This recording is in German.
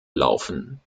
laufen